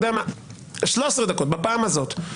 13 דקות בפעם הזאת,